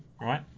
right